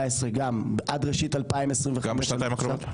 עד ראשית 2025. גם בשנתיים הקרובות?